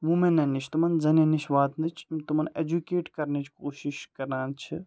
وُمٮ۪نَن نِش تِمَن زَنٮ۪ن نِش واتنٕچ یِم تِمَن اٮ۪جُکیٹ کَرنٕچ کوٗشِش کَران چھِ